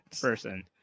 person